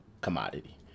commodity